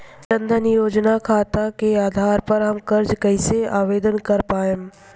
जन धन योजना खाता के आधार पर हम कर्जा कईसे आवेदन कर पाएम?